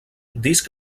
disc